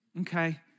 Okay